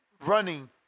running